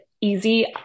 easy